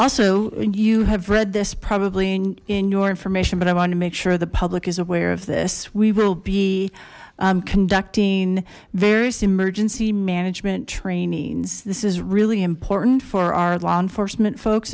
also you have read this probably in your information but i want to make sure the public is aware of this we will be conducting various emergency management trainings this is really important for our law enforcement folks